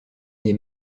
née